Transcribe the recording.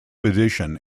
physician